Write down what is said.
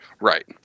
Right